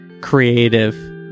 creative